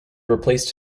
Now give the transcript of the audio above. replaced